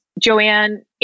Joanne